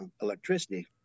electricity